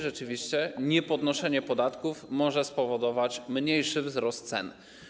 Rzeczywiście niepodnoszenie podatków może spowodować mniejszy wzrost cen.